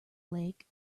lake